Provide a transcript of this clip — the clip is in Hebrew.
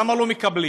למה לא מקבלים?